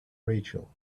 rachel